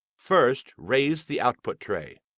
first, raise the output tray.